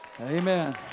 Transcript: Amen